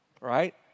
right